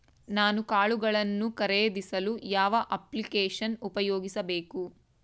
ನಾನು ಕಾಳುಗಳನ್ನು ಖರೇದಿಸಲು ಯಾವ ಅಪ್ಲಿಕೇಶನ್ ಉಪಯೋಗಿಸಬೇಕು?